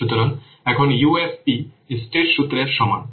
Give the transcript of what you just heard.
সুতরাং এখন UFP state সূত্রের সমান